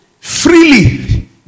freely